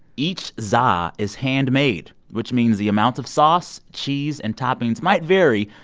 each za is handmade, which means the amount of sauce, cheese and toppings might vary.